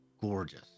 gorgeous